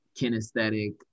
kinesthetic